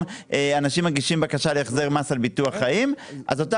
אנשים מגישים בקשה להחזר מס על ביטוח חיים אז אותה